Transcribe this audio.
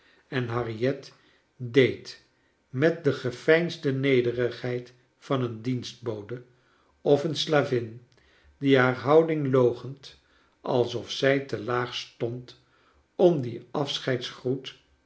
en harriet deed met de geveinsde nederigheid van een dienstbode of een slavin die haar houding loochent alsof zij te laag stond om dien